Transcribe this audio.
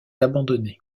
abandonné